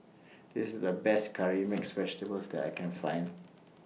This IS The Best Curry Mixed Vegetable that I Can Find